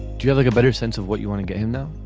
do you like a better sense of what you want to get him? no,